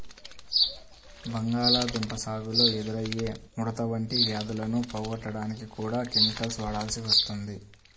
బంగాళాదుంప సాగులో ఎదురయ్యే ముడత వంటి వ్యాధులను పోగొట్టడానికి కూడా కెమికల్స్ వాడాల్సి వస్తుంది